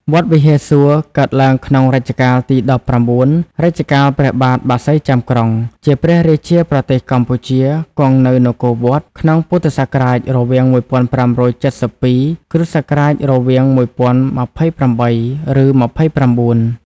វត្តព្រះវិហារសួរ កើតឡើងក្នុង រជ្ជកាលទី១៩ រជ្ជកាលព្រះបាទបក្សីចាំក្រុង ជាព្រះរាជាប្រទេសកម្ពុជា គង់នៅនគរវត្ត ក្នុងព.សរវាង១៥៧២ គ.សរវាង១០២៨ ឬ២៩។